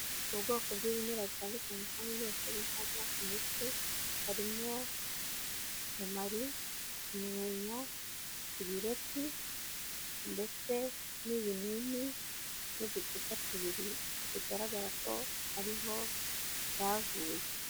Mu bwoko bw'ibimera bitandukanye kandi bitanga imiti harimo: romari, umwenya, ibireti, ndetse n'ibinini n'uducupa tubiri bigaragara ko arimo wavuye.